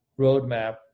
roadmap